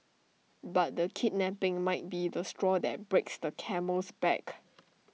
but the kidnapping might be the straw that breaks the camel's back